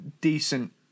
decent